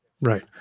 Right